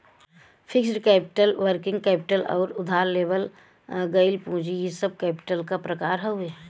fixed capital working capital आउर उधार लेवल गइल पूंजी इ सब कैपिटल क प्रकार हउवे